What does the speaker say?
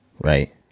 Right